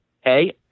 Hey